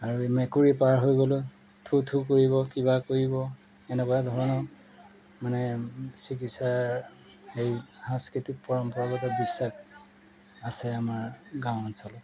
আৰু এই মেকুৰী পাৰ হৈ গ'লেও থু থু কৰিব কিবা কৰিব এনেকুৱা ধৰণৰ মানে চিকিৎসাৰ হেৰি সাংস্কৃতিক পৰম্পৰাগত বিশ্বাস আছে আমাৰ গাঁও অঞ্চলত